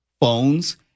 phones